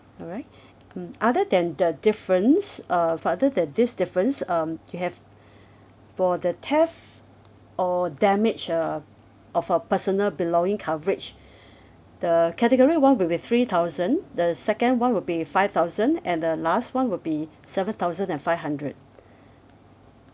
alright mm other than the difference uh other than this difference um we have for the theft or damage uh of our personal belonging coverage the category one will be three thousand the second one will be five thousand and the last one will be seven thousand and five hundred